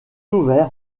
ouvert